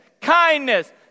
Kindness